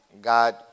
God